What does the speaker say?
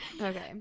Okay